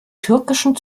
türkischen